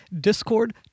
Discord